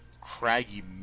craggy